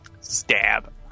Stab